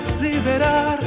liberar